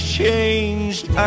changed